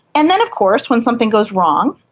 and then of course when something goes wrong,